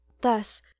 Thus